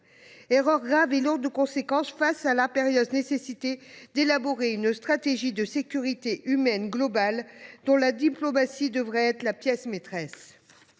erreur grave et lourde de conséquences, face à l’impérieuse nécessité d’élaborer une stratégie de sécurité humaine globale, dont la diplomatie devrait être la pièce maîtresse.